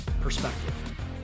perspective